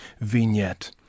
vignette